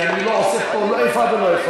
כי אני לא עושה פה איפה ואיפה.